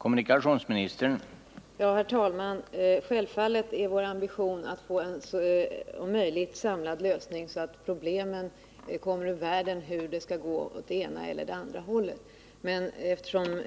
Framställning av färdiga nya sjökort har ej kunnat ske i takt med sjöfartsverkets sjömätningar. Mätningsresultat har fått vänta åtskilliga år på behandling. Det har nu framkommit att många av de lagrade mätningsuppgifterna